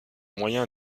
moyens